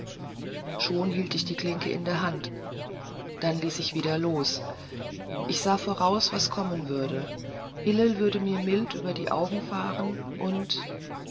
schon hielt ich die klinke in der hand da ließ ich wieder los ich sah voraus was kommen würde hillel würde mir mild über die augen fahren und